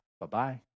Bye-bye